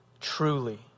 truly